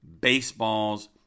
baseballs